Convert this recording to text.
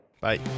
bye